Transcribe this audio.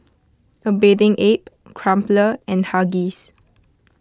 A Bathing Ape Crumpler and Huggies